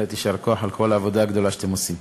בהחלט יישר כוח על כל העבודה הגדולה שאתם עושים.